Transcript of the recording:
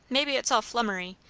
maybe it's all flummery.